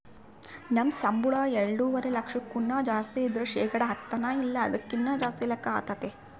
ನಮ್ ಸಂಬುಳ ಎಲ್ಡುವರೆ ಲಕ್ಷಕ್ಕುನ್ನ ಜಾಸ್ತಿ ಇದ್ರ ಶೇಕಡ ಹತ್ತನ ಇಲ್ಲ ಅದಕ್ಕಿನ್ನ ಜಾಸ್ತಿ ಲೆಕ್ಕ ಆತತೆ